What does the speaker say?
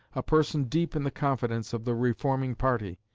a person deep in the confidence of the reforming party,